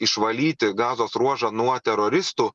išvalyti gazos ruožą nuo teroristų